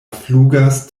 flugas